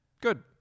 Good